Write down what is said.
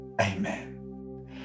amen